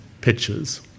pictures